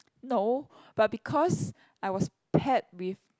no but because I was paired with